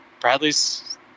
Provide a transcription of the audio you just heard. bradley's